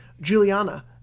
Juliana